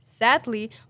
Sadly